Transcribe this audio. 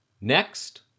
Next